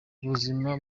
ubuzima